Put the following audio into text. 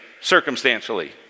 circumstantially